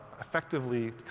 effectively